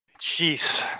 Jeez